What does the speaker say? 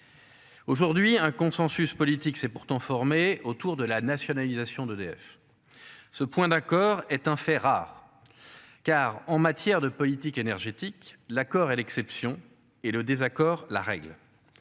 Aujourd'hui un consensus politique. C'est pourtant formé autour de la nationalisation d'EDF. Ce point d'accord est un fait rare. Car en matière de politique énergétique. L'accord est l'exception et le désaccord la règle.